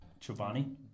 Chobani